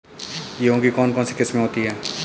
गेहूँ की कौन कौनसी किस्में होती है?